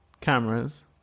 cameras